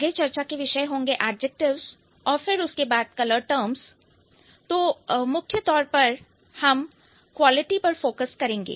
आगे चर्चा के विषय होंगे एडजेक्टिव्स और फिर उसके बाद कलर टर्म्स तो मुख्य तौर पर हम क्वालिटी पर फोकस करेंगे